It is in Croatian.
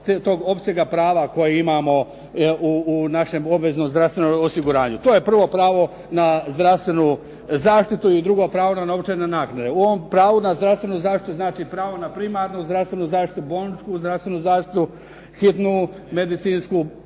tog opsega prava koji imamo u našem obveznom zdravstvenom osiguranju. To je prvo pravo na zdravstvenu zaštitu i drugo, pravo na novčane naknade. U ovom pravu na zdravstvenu zaštitu, znači pravo na primarnu zdravstvenu zaštitu, bolničku zdravstvenu zaštitu, hitnu medicinsku